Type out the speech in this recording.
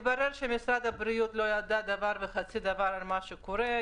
התברר שמשרד הבריאות לא ידע דבר וחצי דבר על מה שקורה.